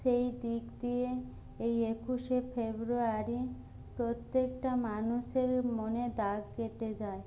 সেই দিক দিয়ে এই একুশে ফেব্রুয়ারি প্রত্যেকটা মানুষের মনে দাগ কেটে যায়